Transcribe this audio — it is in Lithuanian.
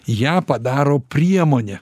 ją padaro priemone